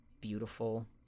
beautiful